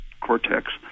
cortex